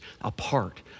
apart